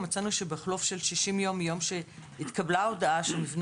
מצאנו שבחלוף 60 ימים מיום שהתקבלה ההודעה שהמבנה